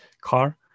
car